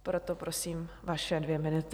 Proto prosím vaše dvě minuty.